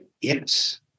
Yes